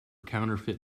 counterfeit